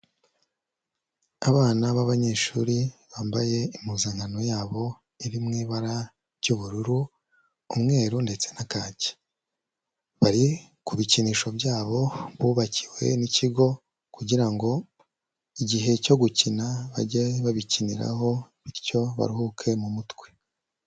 Abana b'abanyeshuri bambaye impuzankano yabo iri mu ibara ry'ubururu, umweru ndetse na kake, bari ku bikinisho byabo bubakiwe n'ikigo kugira ngo igihe cyo gukina bajye babikiniraho bityo baruhuke mu mutwe.